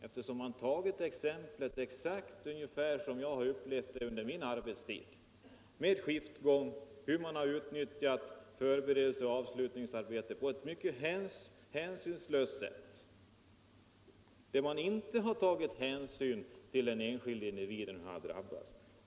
Det är nästan exakt ett exempel på hur jag upplevt situationen under min arbetstid: skiftgång, utnyttjande av förberedelseoch avslutningsarbete på ett mycket hänsynslöst sätt, varvid man inte har tagit hänsyn till hur den enskilde individen har drabbats.